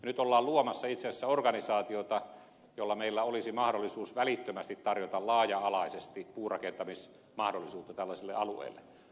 nyt ollaan luomassa itse asiassa organisaatiota jolla meillä olisi mahdollisuus välittömästi tarjota laaja alaisesti puurakentamismahdollisuutta tällaisille alueille